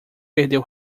perdeu